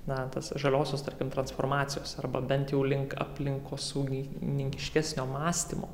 na tos žaliosios tarkim transformacijos arba bent jau link aplinkosaugininkiškesnio mąstymo